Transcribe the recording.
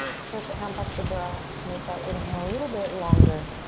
start to amp up the breath. make that inhale a little bit longer.